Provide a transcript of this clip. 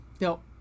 No